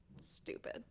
stupid